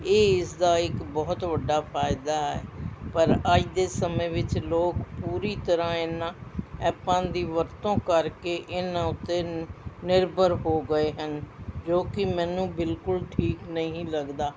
ਇਹ ਇਸਦਾ ਇੱਕ ਬਹੁਤ ਵੱਡਾ ਫਾਇਦਾ ਹੈ ਪਰ ਅੱਜ ਦੇ ਸਮੇਂ ਵਿੱਚ ਲੋਕ ਪੂਰੀ ਤਰ੍ਹਾਂ ਇਨ੍ਹਾਂ ਐਪਾਂ ਦੀ ਵਰਤੋਂ ਕਰਕੇ ਇਹਨਾਂ ਉੱਤੇ ਨਿਰਭਰ ਹੋ ਗਏ ਹਨ ਜੋ ਕਿ ਮੈਨੂੰ ਬਿਲਕੁਲ ਠੀਕ ਨਹੀਂ ਲੱਗਦਾ